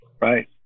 Right